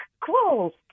Cool